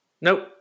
Nope